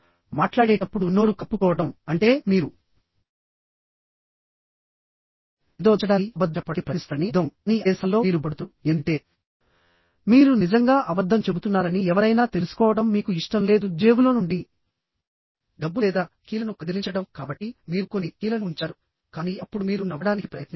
మాట్లాడేటప్పుడు నోరు కప్పుకోవడం అంటే మీరు ఏదో దాచడానికి అబద్ధం చెప్పడానికి ప్రయత్నిస్తున్నారని అర్థం కానీ అదే సమయంలో మీరు భయపడుతున్నారు ఎందుకంటే మీరు నిజంగా అబద్ధం చెబుతున్నారని ఎవరైనా తెలుసుకోవడం మీకు ఇష్టం లేదు జేబులో నుండి డబ్బు లేదా కీలను కదిలించడం కాబట్టి మీరు కొన్ని కీలను ఉంచారు కానీ అప్పుడు మీరు నవ్వడానికి ప్రయత్నిస్తారు